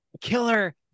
killer